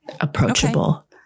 approachable